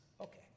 Okay